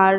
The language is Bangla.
আর